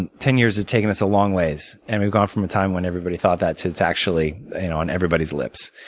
and ten years has taken us a long ways. and we've gone from a time when everybody thought that to it's actually on everybody's lips.